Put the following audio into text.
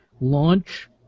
launch